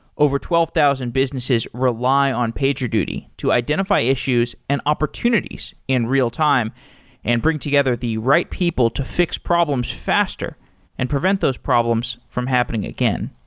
over twelve thousand businesses rely on pagerduty to identify issues and opportunities in real-time and bring together the right people to fix problems faster and prevent those problems from happening again.